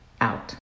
Out